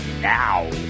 now